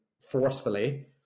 forcefully